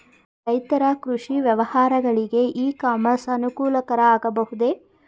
ರೈತರ ಕೃಷಿ ವ್ಯವಹಾರಗಳಿಗೆ ಇ ಕಾಮರ್ಸ್ ಅನುಕೂಲಕರ ಆಗಬಹುದೇ?